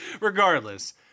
Regardless